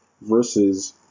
versus